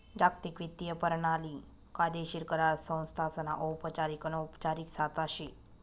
जागतिक वित्तीय परणाली कायदेशीर करार संस्थासना औपचारिक अनौपचारिक साचा शे